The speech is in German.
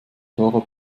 fahrrad